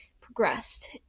progressed